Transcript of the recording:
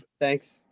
Thanks